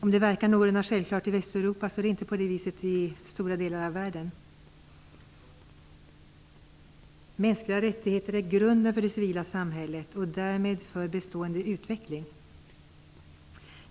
Om det verkar någorlunda självklart i Västeuropa är det inte så i stora delar av världen. Mänskliga rättigheter är grunden för det civila samhället och därmed för bestående utveckling.